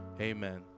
Amen